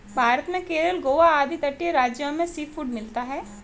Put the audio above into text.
भारत में केरल गोवा आदि तटीय राज्यों में सीफूड मिलता है